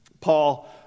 Paul